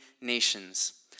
nations